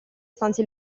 stanza